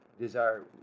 desire